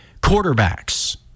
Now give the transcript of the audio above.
quarterbacks